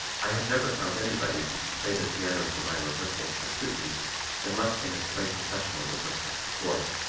i have never found anybody who can play the piano for my rehearsals to suit me unless they have played professional rehearsals before.